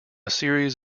series